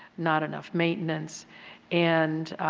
not enough maintenance and